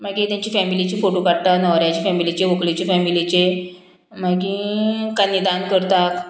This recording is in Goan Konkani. मागीर तेंची फॅमिलीची फोटो काडटा न्होवऱ्याचे फॅमिलीचे व्हंकलेचे फॅमिलीचे मागीर कान्यदान करतात